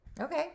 Okay